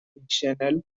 fictional